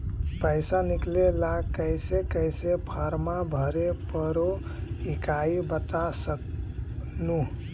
पैसा निकले ला कैसे कैसे फॉर्मा भरे परो हकाई बता सकनुह?